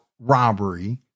robbery